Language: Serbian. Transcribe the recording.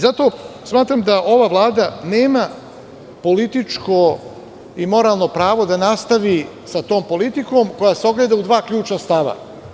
Zato smatram da ova Vlada nema političko i moralno pravo da nastavi sa tom politikom koja se ogleda u dva ključna stava.